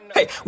Hey